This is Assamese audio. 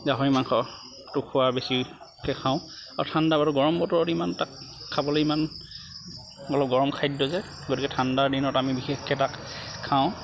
গাহৰি মাংসটো খোৱা বেছিকে খাওঁ আৰু গৰম বতৰত ইমান এটা খাবলে ইমান অলপ গৰম খাদ্য যে গতিকে ঠাণ্ডাৰ দিনত আমি বিশেষকে তাক খাওঁ